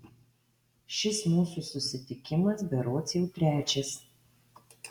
šis mūsų susitikimas berods jau trečias